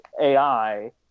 AI